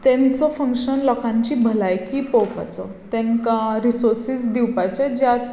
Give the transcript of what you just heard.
तेंचो फंक्शन लोकांची भलायकी पळोवपाचो तांकां रिसोसीस दिवपाचें ज्या